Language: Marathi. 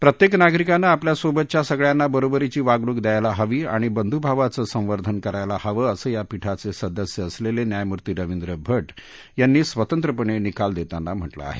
प्रत्येक नागरिकानं आपल्या सोबतच्या सगळ्यांना बरोबरीची वागणूक दयायला हवी आणि बंध्भावाचं संवर्धन करायला हवं असं या पीठाचे सदस्य असलेले न्यायमूर्ती रविंद्र भट यांनी स्वतंत्रपणे निकाल देताना म्हटलं आहे